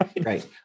Right